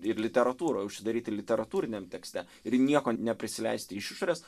ir literatūroj užsidaryti literatūriniam tekste ir nieko neprisileisti iš išorės